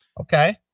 Okay